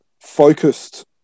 focused